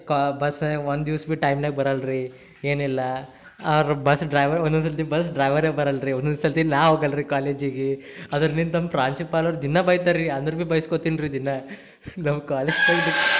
ಕಾ ಬಸ್ಸ ಒಂದು ದಿವ್ಸ ಬಿ ಟೈಮ್ನ್ಯಾಗೆ ಬರಲ್ಲ ರೀ ಏನಿಲ್ಲ ಅವರು ಬಸ್ ಡ್ರೈವರ್ ಒಂದೊಂದು ಸರ್ತಿ ಬಸ್ ಡ್ರೈವರೇ ಬರಲ್ಲ ರೀ ಒಂದೊಂದು ಸರ್ತಿ ನಾನು ಹೋಗಲ್ಲ ರೀ ಕಾಲೇಜಿಗೆ ಅದರ್ನಿಂತ್ ನಮ್ಮ ಪ್ರಾಂಶುಪಾಲರು ದಿನಾ ಬೈತಾರೆ ರೀ ಅಂದ್ರೂ ಬಿ ಬೈಸ್ಕೋತೀನಿ ರೀ ದಿನಾ ನಮ್ಮ ಕಾಲೇಜ್